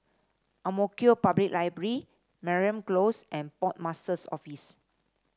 Ang Mo Kio Public Library Mariam Close and Port Master's Office